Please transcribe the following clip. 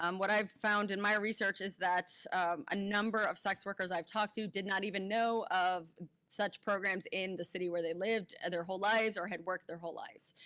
um what i've found in my research is that a number of sex workers that i've talked to did not even know of such programs in the city where they lived ah their whole lives or had worked their whole lives.